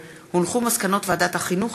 מסקנות ועדת החינוך,